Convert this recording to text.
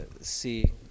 see